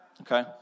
okay